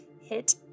hit